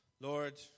Lord